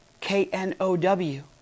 K-N-O-W